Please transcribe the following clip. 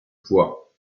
poids